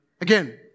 Again